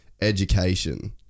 education